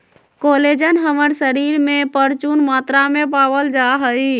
collagen हमर शरीर में परचून मात्रा में पावल जा हई